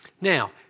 Now